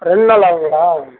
ரெண்டுநாள் ஆகும்ங்களா